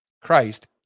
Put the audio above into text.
Christ